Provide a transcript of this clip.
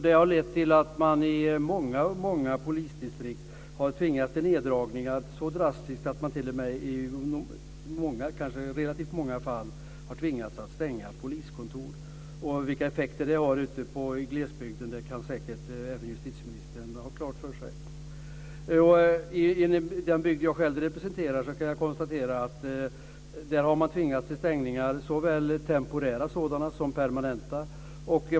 Det har lett till att man i många polisdistrikt har tvingats till neddragningar. De har varit så drastiska att man i relativt många fall har tvingats stänga poliskontor. Vilka effekter det har i glesbygden har säkert även justitieministern klart för sig. I den bygd jag själv representerar har man tvingats till stängningar, såväl temporära sådana som permanenta.